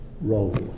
role